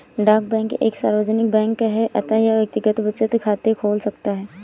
डाक बैंक एक सार्वजनिक बैंक है अतः यह व्यक्तिगत बचत खाते खोल सकता है